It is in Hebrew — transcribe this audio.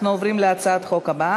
36 בעד, 48 נגד.